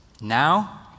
now